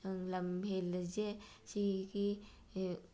ꯅꯪ ꯂꯝ ꯍꯦꯜꯂꯤꯁꯦ ꯁꯤꯒꯤ